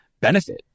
benefit